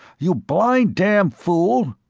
you blind damned fool!